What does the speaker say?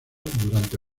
durante